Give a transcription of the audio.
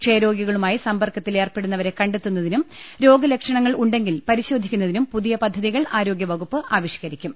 ക്ഷയരോഗികളുമായി സമ്പർക്ക ത്തിലേർപ്പെടുന്നവരെ കണ്ടെത്തുന്നതിനും രോഗലക്ഷണങ്ങൾ ഉണ്ടെങ്കിൽ പരിശോധിക്കുന്നതിനും പുതിയ പദ്ധതികൾ ആരോ ഗ്യവകുപ്പ് ആവിഷ്കരിക്കും